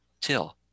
Till